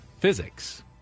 physics